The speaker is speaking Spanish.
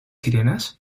sirenas